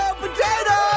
potato